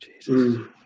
Jesus